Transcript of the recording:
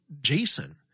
Jason